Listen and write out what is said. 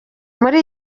muri